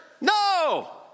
No